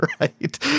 right